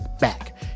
back